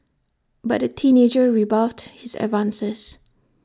but the teenager rebuffed his advances